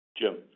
Jim